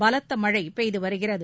பலத்த மழை பெய்து வருகிறது